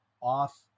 off